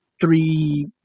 three